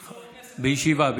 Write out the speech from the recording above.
פיזור הכנסת, בישיבה.